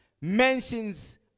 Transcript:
mentions